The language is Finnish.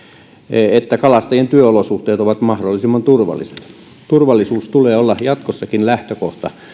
että kalastajien työolosuhteet ovat mahdollisimman turvalliset turvallisuuden tulee olla jatkossakin lähtökohta